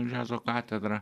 džiazo katedra